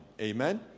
Amen